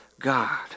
God